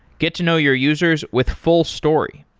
get to know your users with fullstory.